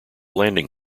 landing